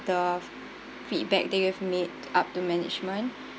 the feedback that you've made up to management